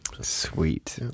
Sweet